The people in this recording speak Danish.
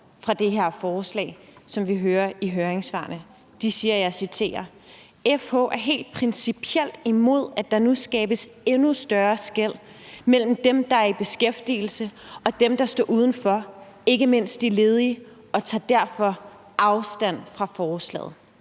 fra det her forslag, som vi ser i høringssvarene. De skriver: »Vi er helt principielt imod, at der skabes endnu større skel mellem dem, der er i beskæftigelse, og dem, der står udenfor, ikke mindst de ledige, og tager derfor afstand fra forslaget.«